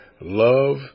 love